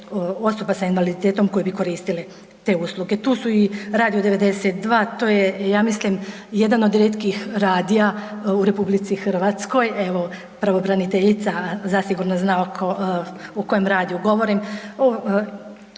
osoba sa invaliditetom koje bi koristile te usluge. Tu su i Radio 92, to je ja mislim jedan od rijetkih radija u RH, evo pravobraniteljica zasigurno o kojem radiju govorim,